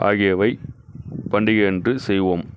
ஆகியவை பண்டிகை அன்று செய்வோம்